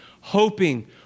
hoping